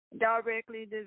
directly